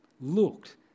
looked